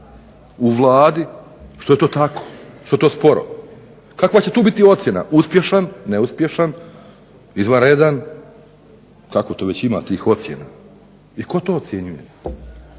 u Vladi što je to tako, što je to sporo. Kakva će tu biti ocjena? Uspješan, neuspješan, izvanredan, kako to već ima tih ocjena i tko to ocjenjuje.